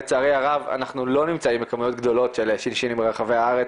לצערי הרב אנחנו לא נמצאים בכמויות גדולות של שינשי"נים ברחבי הארץ,